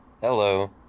hello